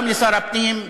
גם לשר הפנים,